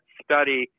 study